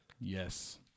Yes